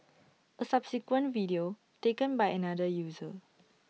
A subsequent video taken by another user